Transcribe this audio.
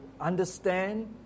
understand